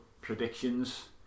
predictions